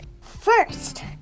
First